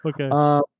Okay